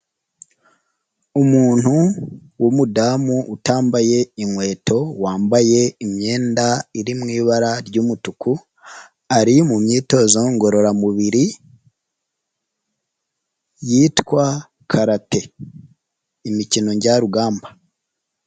Umuntu w'umudamu utambaye inkweto wambaye imyenda iri mu ibara ry'umutuku, ari mu myitozo ngororamubiri yitwa karate, imikino njyarugamba.